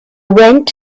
went